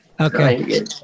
Okay